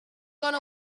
gone